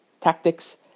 tactics